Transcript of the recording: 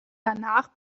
danach